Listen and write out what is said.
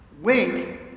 Wink